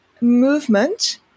movement